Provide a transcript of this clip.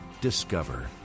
Discover